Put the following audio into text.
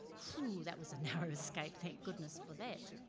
whoo, that was a narrow escape, thank goodness for that.